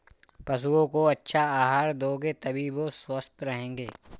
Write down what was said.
पशुओं को अच्छा आहार दोगे तभी वो स्वस्थ रहेंगे